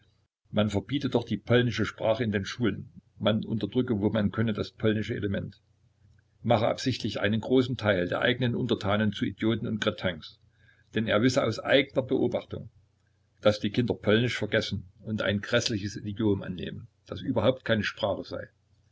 man verbiete doch die polnische sprache in den schulen man unterdrücke wo man könne das polnische element mache absichtlich einen großen teil der eigenen untertanen zu idioten und kretins denn er wisse aus eigener beobachtung daß die kinder polnisch vergessen und ein gräßliches idiom annehmen das überhaupt keine sprache sei